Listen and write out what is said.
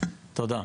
תודה.